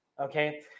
okay